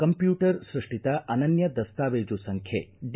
computer ಸೃಷ್ಟಿತ ಅನನ್ತ ದಸ್ತಾವೇಜು ಸಂಖ್ಯೆ ಡಿ